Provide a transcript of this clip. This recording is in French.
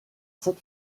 sept